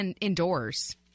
indoors